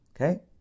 Okay